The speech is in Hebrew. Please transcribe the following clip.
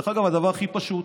דרך אגב, הדבר הכי פשוט